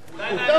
איפה.